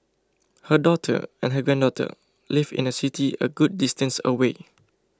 her daughter and her granddaughter live in a city a good distance away